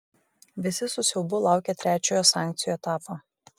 visi su siaubu laukia trečiojo sankcijų etapo